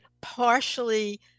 partially